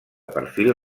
perfil